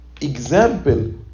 Example